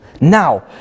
Now